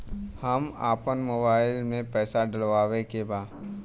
हम आपन मोबाइल में पैसा डलवावे के बा?